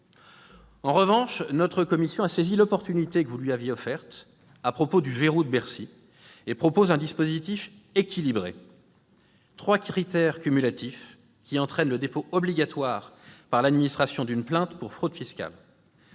En revanche, notre commission a saisi l'opportunité que vous lui aviez offerte à propos du « verrou de Bercy »: elle propose un dispositif équilibré avec trois critères cumulatifs qui entraînent le dépôt obligatoire par l'administration d'une plainte pour fraude fiscale.